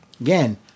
again